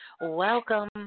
Welcome